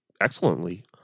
excellently